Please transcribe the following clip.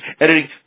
editing